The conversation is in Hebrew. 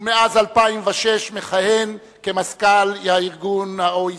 ומאז 2006 מכהן כמזכ"ל ה-OECD.